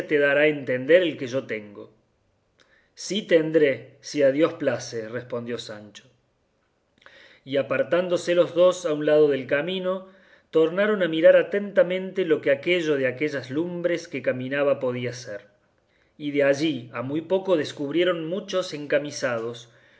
te dará a entender el que yo tengo sí tendré si a dios place respondió sancho y apartándose los dos a un lado del camino tornaron a mirar atentamente lo que aquello de aquellas lumbres que caminaban podía ser y de allí a muy poco descubrieron muchos encamisados